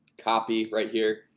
copy right here,